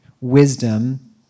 wisdom